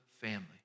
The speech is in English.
family